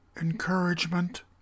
encouragement